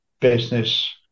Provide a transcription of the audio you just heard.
business